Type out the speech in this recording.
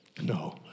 No